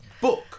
book